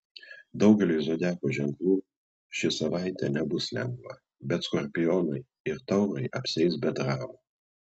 daugeliui zodiako ženklų ši savaitė nebus lengva bet skorpionai ir taurai apsieis be dramų